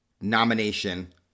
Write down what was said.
nomination